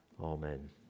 Amen